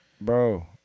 Bro